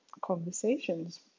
conversations